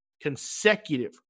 consecutive